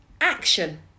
action